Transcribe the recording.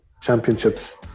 championships